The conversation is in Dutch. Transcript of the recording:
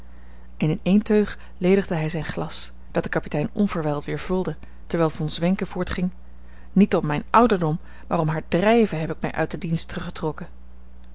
en in één teug ledigde hij zijn glas dat de kapitein onverwijld weer vulde terwijl von zwenken voortging niet om mijn ouderdom maar om haar drijven heb ik mij uit den dienst teruggetrokken